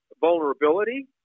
vulnerability